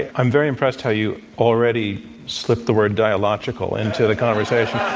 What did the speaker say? i'm very impressed how you already slipped the word dialogical into the conversation. yeah